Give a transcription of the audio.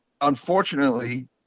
unfortunately